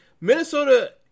Minnesota